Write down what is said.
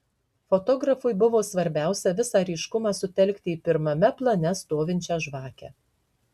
fotografui buvo svarbiausia visą ryškumą sutelkti į pirmame plane stovinčią žvakę